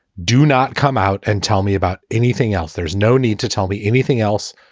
do not come out and tell me about anything else. there's no need to tell me anything else.